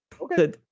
okay